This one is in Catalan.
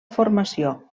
formació